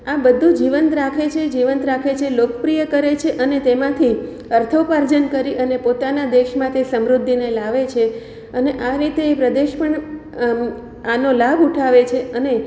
આ બધું જીવંત રાખે છે જીવંત રાખે છે લોકપ્રિય કરે છે અને તેમાંથી અર્થ ઉપાર્જન કરી અને પોતાના દેશમાં તે સમૃદ્ધિને લાવે છે અને આ રીતે એ પ્રદેશ પણ આનો લાભ ઉઠાવે છે અને